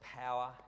power